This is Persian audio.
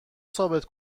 ثابت